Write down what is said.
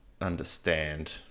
Understand